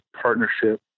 partnership